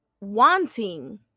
Wanting